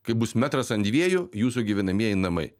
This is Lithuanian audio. kai bus metras ant dviejų jūsų gyvenamieji namai